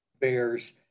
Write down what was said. bears